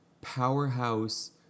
powerhouse